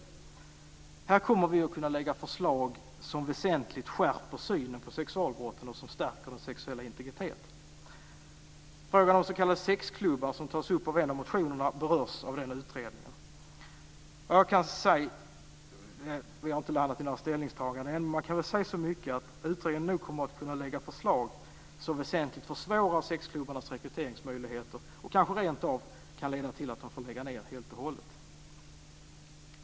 I detta sammanhang kommer vi att kunna lägga fram förslag som väsentligt skärper synen på sexualbrotten och som stärker den sexuella integriteten. Frågan om s.k. sexklubbar, som tas upp i en av motionerna, berörs av den utredningen. Vi har inte några färdiga ställningstaganden än, men jag kan väl säga så mycket som att utredningen nog kommer att kunna lägga fram förslag som väsentligt försvårar sexklubbarnas rekryteringsmöjligheter och som kanske rent av kan leda till att de får läggas ned helt och hållet.